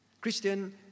Christian